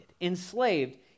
enslaved